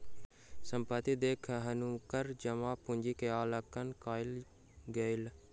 संपत्ति देख हुनकर जमा पूंजी के आकलन कयल गेलैन